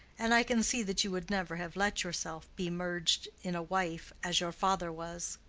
and i can see that you would never have let yourself be merged in a wife, as your father was.